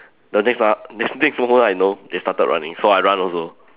the next ah next next moment I know they started running so I run also